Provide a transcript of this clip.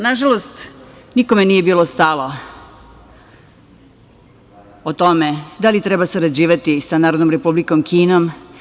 Nažalost, nikome nije bilo stalo u tome da li treba sarađivati sa Narodnom Republikom Kinom.